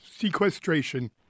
sequestration